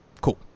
cool